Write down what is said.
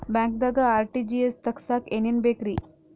ಬ್ಯಾಂಕ್ದಾಗ ಆರ್.ಟಿ.ಜಿ.ಎಸ್ ತಗ್ಸಾಕ್ ಏನೇನ್ ಬೇಕ್ರಿ?